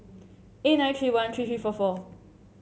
eight nine three one three three four four